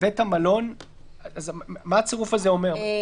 מה הצירוף הזה אומר?